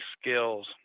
skills